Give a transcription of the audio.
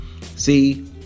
See